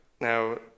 now